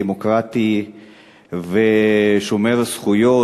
דמוקרטי ושומר זכויות,